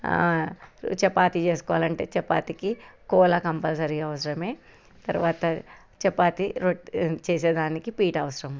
చపాతి చేసుకోవాలంటే చపాతీకి కోలా కంపల్సరీగా అవసరమే అవసరమే తర్వాత చపాతి రొట్టె చేసే దానికి పీట అవసరం